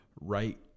right